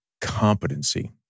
competency